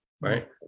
Right